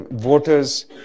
voters